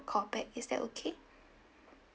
call back is that okay